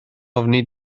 ofni